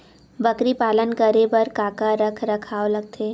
बकरी पालन करे बर काका रख रखाव लगथे?